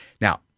Now